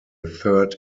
third